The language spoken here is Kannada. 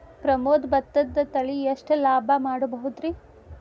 ಪ್ರಮೋದ ಭತ್ತದ ತಳಿ ಎಷ್ಟ ಲಾಭಾ ಮಾಡಬಹುದ್ರಿ?